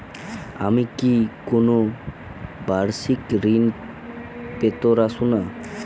আমি কি কোন বাষিক ঋন পেতরাশুনা?